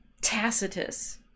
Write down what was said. tacitus